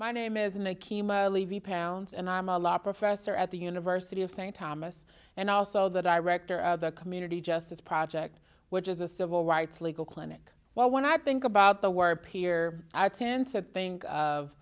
levy pounds and i'm a law professor at the university of st thomas and also the director of the community justice project which is a civil rights legal clinic well when i think about the word peer i tend to think of